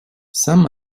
some